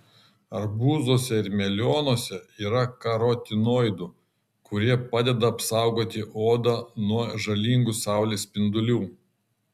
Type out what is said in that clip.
arbūzuose ir melionuose yra karotinoidų kurie padeda apsaugoti odą nuo žalingų saulės spindulių